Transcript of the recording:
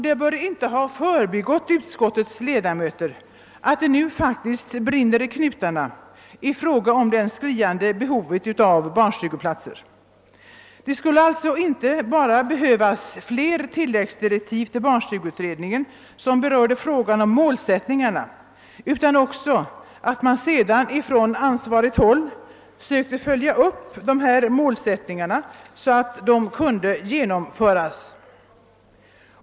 Det bör inte ha förbigått utskottets ledamöter att det nu faktiskt »brinner i knutarna» och råder ett skriande behov av barnstugeplatser. Det skulle alltså inte bara behövas fler tilläggsdirektiv till barnstugeutredningen som berörde målsättningarna, utan man måste också på ansvarigt håll behöva följa upp målsättningarna och se till att de kunde genomföras.